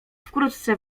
wkrótce